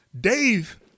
Dave